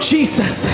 Jesus